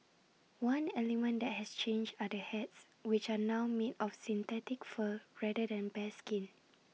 one element that has changed are the hats which are now made of synthetic fur rather than bearskin